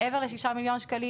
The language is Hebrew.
מעבר ל-6 מיליון ₪,